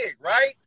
right